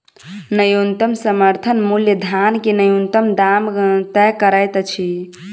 न्यूनतम समर्थन मूल्य धान के न्यूनतम दाम तय करैत अछि